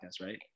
right